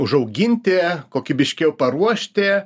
užauginti kokybiškiau paruošti